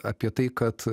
apie tai kad